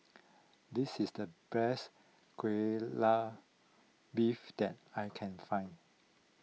this is the best Kai Lan Beef that I can find